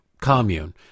commune